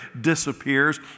disappears